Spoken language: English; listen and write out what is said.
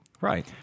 Right